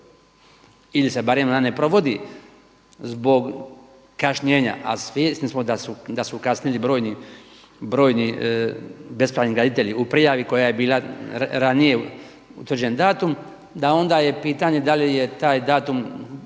ili se barem ona ne provodi zbog kašnjenja a svjesni smo da su kasnili brojni bespravni graditelji u prijavi koja je bila ranije utvrđen datum da onda je pitanje da li je taj datum,